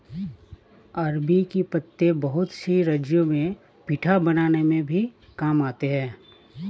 अरबी के पत्ते बहुत से राज्यों में पीठा बनाने में भी काम आते हैं